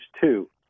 two